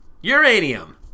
Uranium